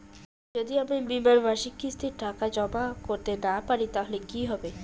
যদি আমি বীমার মাসিক কিস্তির টাকা জমা করতে না পারি তাহলে কি হবে?